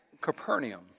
Capernaum